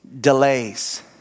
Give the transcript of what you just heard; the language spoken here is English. delays